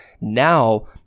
now